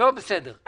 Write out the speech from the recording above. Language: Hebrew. בסדר.